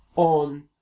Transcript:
on